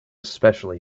especially